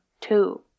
two